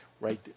right